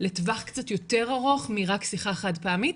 לטווח קצת יותר ארוך מרק שיחה חד-פעמית,